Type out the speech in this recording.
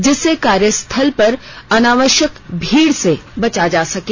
जिससे कार्यस्थलों पर अनावष्यक भीड़ से बचा जा सकें